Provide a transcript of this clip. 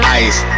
ice